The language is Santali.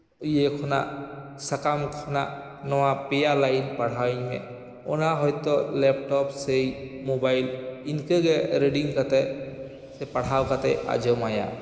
ᱤᱭᱟᱹ ᱠᱷᱚᱱᱟᱜ ᱥᱟᱠᱟᱢ ᱠᱷᱚᱱᱟᱜ ᱱᱚᱣᱟ ᱯᱮᱭᱟ ᱞᱟᱭᱤᱱ ᱯᱟᱲᱦᱟᱣ ᱤᱧ ᱢᱮ ᱚᱱᱟ ᱦᱚᱭᱛᱳ ᱞᱮᱯᱴᱚᱯ ᱥᱮ ᱢᱳᱵᱟᱭᱤᱞ ᱤᱱᱠᱟᱹᱜᱮ ᱨᱮᱰᱤᱝ ᱠᱟᱛᱮᱫ ᱥᱮ ᱯᱟᱲᱦᱟᱣ ᱠᱟᱛᱮᱫ ᱟᱸᱡᱚ ᱢᱟᱭᱟ